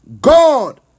God